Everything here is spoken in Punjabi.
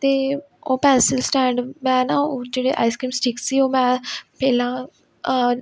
ਅਤੇ ਉਹ ਪੈਨਸਲ ਸਟੈਂਡ ਮੈਂ ਨਾ ਉਹ ਜਿਹੜੇ ਆਈਸਕ੍ਰੀਮ ਸਟਿਕ ਸੀ ਉਹ ਮੈਂ ਪਹਿਲਾਂ